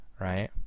right